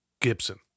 Gibson